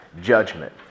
judgment